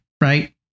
right